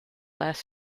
last